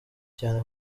cyane